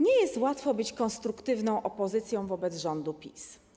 Nie jest łatwo być konstruktywną opozycją wobec rządu PiS.